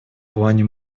плане